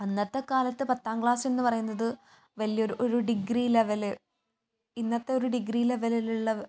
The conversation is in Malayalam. അന്നത്തെ കാ ലത്ത് പത്താം ക്ലാസ്സെന്ന് പറയുന്നത് വലിയൊരു ഒരു ഡിഗ്രി ലെവല് ഇന്നത്തെ ഒരു ഡിഗ്രി ലെവലിലുള്ള